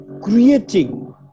creating